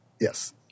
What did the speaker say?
Yes